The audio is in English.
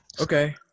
okay